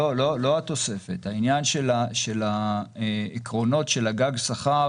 לא התוספת אלא העקרונות של הגג שכר